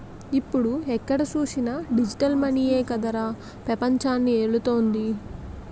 ఇప్పుడు ఎక్కడ చూసినా డిజిటల్ మనీయే కదరా పెపంచాన్ని ఏలుతోంది